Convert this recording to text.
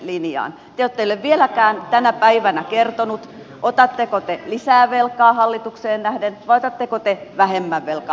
te ette ole vieläkään tänä päivänä kertonut otatteko te lisää velkaa hallitukseen nähden vai otatteko te vähemmän velkaa